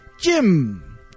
Jim